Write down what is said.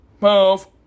move